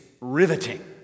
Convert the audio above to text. riveting